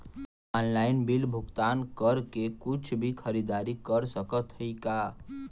Online bill भुगतान करके कुछ भी खरीदारी कर सकत हई का?